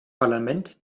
parlament